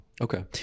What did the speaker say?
Okay